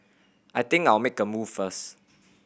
I think I'll make a move first